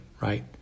right